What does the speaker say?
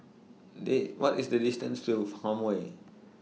The What IS The distance to Farmway